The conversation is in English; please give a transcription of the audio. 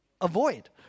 avoid